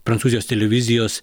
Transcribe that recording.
prancūzijos televizijos